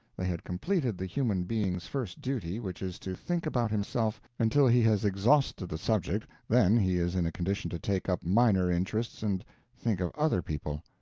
they had completed the human being's first duty which is to think about himself until he has exhausted the subject, then he is in a condition to take up minor interests and think of other people.